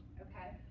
ok?